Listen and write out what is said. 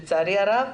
לצערי הרב,